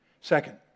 Second